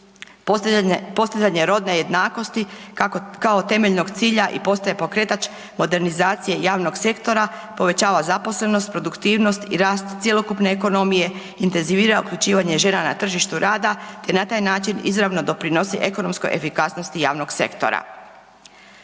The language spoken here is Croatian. postavljanje rodne jednakosti kao temeljnog cilja i postaje pokretač modernizacije javnog sektora, povećava zaposlenost, produktivnost i rast cjelokupne ekonomije, intenzivira uključivanje žena na tržištu rada, te na taj način izravno doprinosi ekonomskoj efikasnosti javnog sektora.